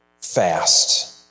fast